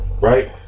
right